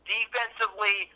Defensively